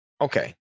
okay